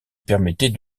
permettait